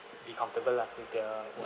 be comfortable lah with the